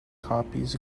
copies